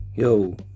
Yo